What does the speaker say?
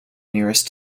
nearest